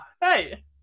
hey